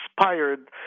inspired